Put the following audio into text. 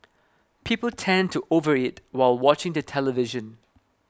people tend to overeat while watching the television